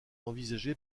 envisagée